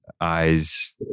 eyes